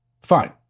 Fine